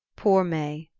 poor may!